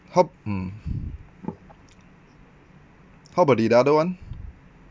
how mm how about the other one